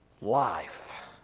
Life